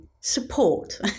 support